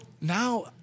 now